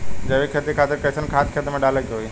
जैविक खेती खातिर कैसन खाद खेत मे डाले के होई?